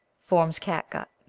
forms catgut.